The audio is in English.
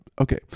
Okay